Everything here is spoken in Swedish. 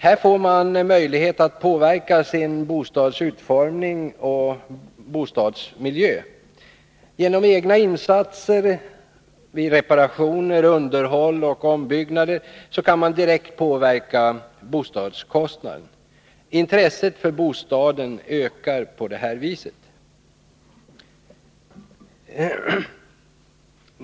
Här får man möjlighet att påverka sin bostadsutformning och bostadsmiljö. Genom egna insatser vid reparation, underhåll och ombyggnader kan man direkt påverka bostadskostnaden. Intresset för bostaden ökar på det här viset.